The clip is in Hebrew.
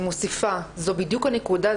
ואני מוסיפה: זו בדיוק הנקודה,